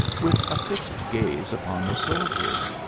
with a fixed gaze upon the soldiers.